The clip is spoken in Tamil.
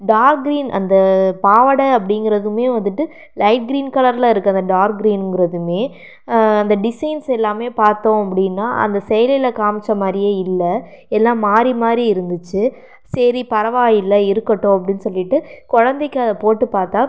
டார்க் க்ரீன் அந்த பாவாடை அப்படிங்கிறதுமே வந்துட்டு லைட் க்ரீன் கலரில் இருக்கு அந்த டார்க் க்ரீனுங்கிறதும் அந்த டிஸைன்ஸ் எல்லாம் பார்த்தோம் அப்படினா அந்த செயலியில் காமித்த மாதிரியே இல்லை எல்லாம் மாறி மாறி இருந்துச்சு சரி பரவாயில்லை இருக்கட்டும் அப்படினு சொல்லிட்டு குழந்தைக்கு அதை போட்டு பார்த்தா